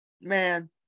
man